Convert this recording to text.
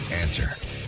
Answer